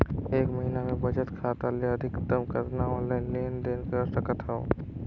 एक महीना मे बचत खाता ले अधिकतम कतना ऑनलाइन लेन देन कर सकत हव?